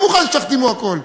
לא מוכן שתכתימו הכול.